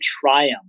triumph